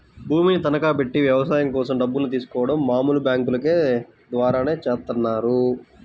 భూమిని తనఖాబెట్టి వ్యవసాయం కోసం డబ్బుల్ని తీసుకోడం మామూలు బ్యేంకుల ద్వారానే చేత్తన్నారు